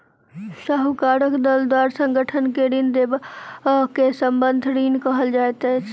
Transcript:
साहूकारक दल द्वारा संगठन के ऋण देबअ के संबंद्ध ऋण कहल जाइत अछि